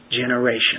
generation